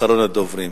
אחרון הדוברים.